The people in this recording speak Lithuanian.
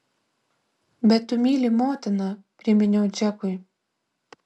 bet tu myli motiną priminiau džekui